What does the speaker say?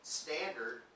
standard